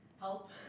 help